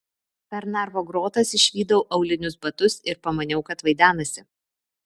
per narvo grotas išvydau aulinius batus ir pamaniau kad vaidenasi